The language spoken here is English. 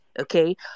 Okay